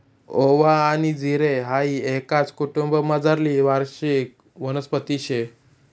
ओवा आनी जिरे हाई एकाच कुटुंबमझारली वार्षिक वनस्पती शे